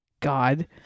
god